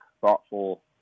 thoughtful